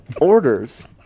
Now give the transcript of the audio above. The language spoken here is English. orders